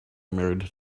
married